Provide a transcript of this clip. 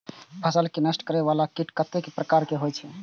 फसल के नष्ट करें वाला कीट कतेक प्रकार के होई छै?